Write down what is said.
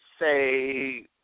say